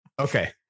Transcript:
Okay